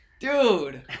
Dude